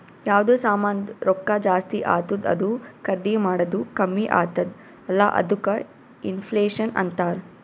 ಯಾವ್ದು ಸಾಮಾಂದ್ ರೊಕ್ಕಾ ಜಾಸ್ತಿ ಆತ್ತುದ್ ಅದೂ ಖರ್ದಿ ಮಾಡದ್ದು ಕಮ್ಮಿ ಆತ್ತುದ್ ಅಲ್ಲಾ ಅದ್ದುಕ ಇನ್ಫ್ಲೇಷನ್ ಅಂತಾರ್